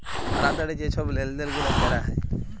তাড়াতাড়ি যে ছব লেলদেল গুলা ক্যরা হ্যয়